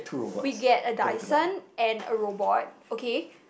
we get a Dyson and a robot okay